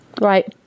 Right